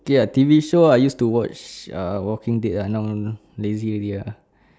okay ah T_V shows I used to watch uh walking dead now now lazy already ah